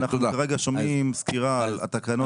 אנחנו כרגע שומעים סקירה על התקנות.